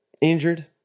injured